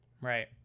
Right